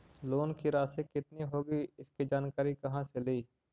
Loan की रासि कितनी होगी इसकी जानकारी कहा से ली?